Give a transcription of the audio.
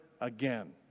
again